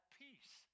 peace